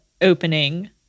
opening